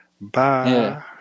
Bye